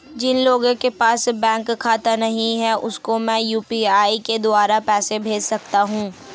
जिन लोगों के पास बैंक खाता नहीं है उसको मैं यू.पी.आई के द्वारा पैसे भेज सकता हूं?